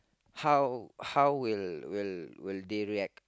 how how will will will they react